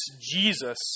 Jesus